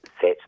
set